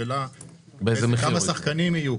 השאלה כמה שחקנים יהיו,